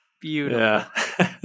Beautiful